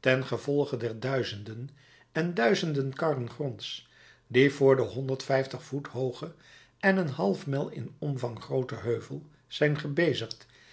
ten gevolge der duizenden en duizenden karren gronds die voor den honderd vijftig voet hoogen en een halve mijl in omvang grooten heuvel zijn gebezigd